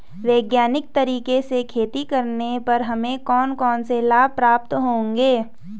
वैज्ञानिक तरीके से खेती करने पर हमें कौन कौन से लाभ प्राप्त होंगे?